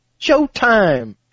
Showtime